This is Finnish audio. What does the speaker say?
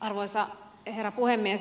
arvoisa herra puhemies